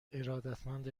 ارادتمند